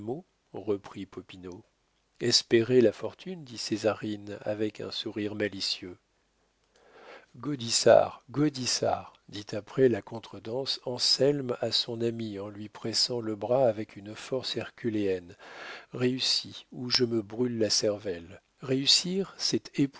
reprit popinot espérez la fortune dit césarine avec un sourire malicieux gaudissart gaudissart dit après la contredanse anselme à son ami en lui pressant le bras avec une force herculéenne réussis ou je me brûle la cervelle réussir c'est